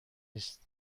نیست